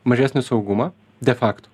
mažesnį saugumą de facto